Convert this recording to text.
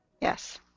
Yes